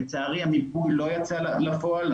לצערי המיפוי לא יצא לפועל.